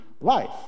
life